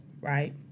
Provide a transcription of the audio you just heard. right